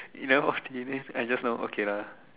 eleven forty only end just now okay lah